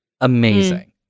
amazing